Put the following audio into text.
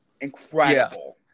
incredible